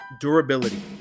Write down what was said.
durability